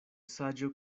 saĝo